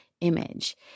image